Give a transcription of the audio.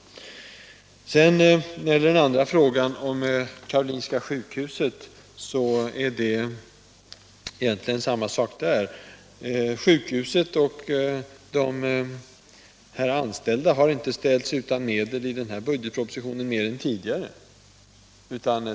Egentligen är det samma sak i den andra frågan, om Karolinska sjukhuset. Sjukhuset och de anställda har inte ställts utan medel i årets budgetproposition mer än tidigare.